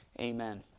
Amen